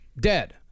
dead